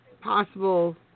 possible